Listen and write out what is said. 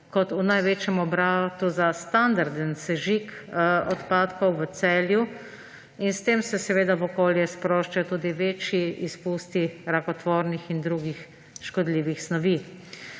kot v največjem obratu za standarden sežig odpadkov Celju. S tem pa se v okolje sproščajo tudi večji izpusti rakotvornih in drugih škodljivih snovi.